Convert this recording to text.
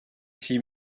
see